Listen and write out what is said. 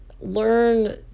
learn